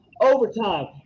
overtime